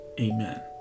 Amen